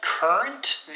Current